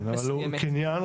הוא קניין,